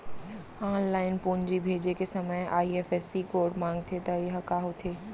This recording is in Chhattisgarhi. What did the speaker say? ऑनलाइन पूंजी भेजे के समय आई.एफ.एस.सी कोड माँगथे त ये ह का होथे?